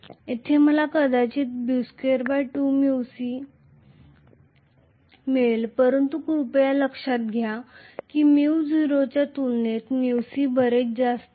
येथे मला कदाचित B22µc मिळेल परंतु कृपया लक्षात घ्या की µ0 च्या तुलनेत µc बरेच जास्त असेल